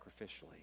sacrificially